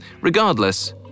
Regardless